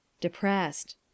Depressed